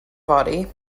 fory